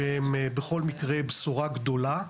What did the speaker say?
שהן בכל מקרה בשורה גדולה.